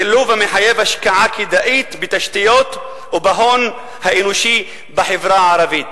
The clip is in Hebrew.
שילוב המחייב השקעה כדאית בתשתיות ובהון האנושי בחברה הערבית.